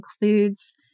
includes